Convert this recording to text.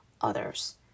others